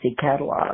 catalog